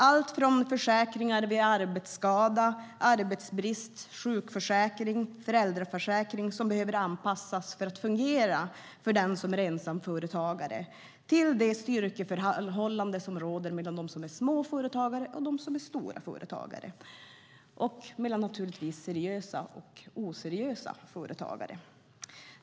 Det är försäkringar vid arbetsskada och arbetsbrist, sjukförsäkring och föräldraförsäkring som behöver anpassas för att fungera för den som är ensamföretagare till det styrkeförhållande som råder mellan små och stora företag och mellan seriösa och oseriösa företag.